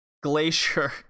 Glacier